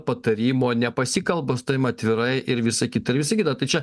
patarimo nepasikalba su tavim atvirai visa kita ir visa kita tai čia